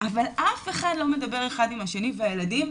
אבל אף אחד לא מדבר אחד עם השני והילדים,